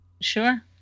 Sure